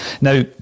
now